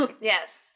Yes